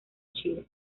chile